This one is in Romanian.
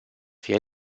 fie